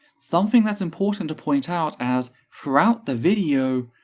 something that's important to point out as, throughout the video,